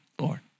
Lord